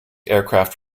aircraft